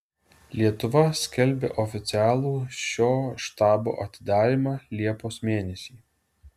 lietuva skelbia oficialų šio štabo atidarymą liepos mėnesį